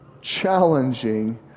challenging